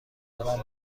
دارم